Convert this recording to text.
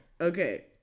Okay